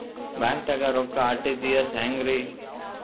ಬ್ಯಾಂಕ್ದಾಗ ರೊಕ್ಕ ಆರ್.ಟಿ.ಜಿ.ಎಸ್ ಹೆಂಗ್ರಿ?